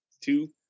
two